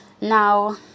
Now